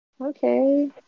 okay